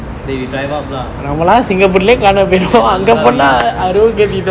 then we drive up lah அப்டே:apde langkawi